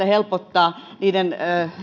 helpottaa niiden